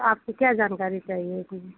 आपको क्या जानकारी चाहिए थी